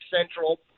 Central